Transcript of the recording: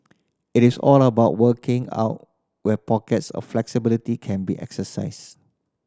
it is all about working out where pockets of flexibility can be exercised